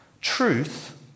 truth